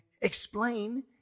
explain